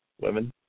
women